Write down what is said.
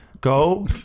go